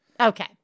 Okay